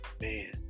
man